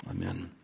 Amen